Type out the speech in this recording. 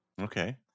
Okay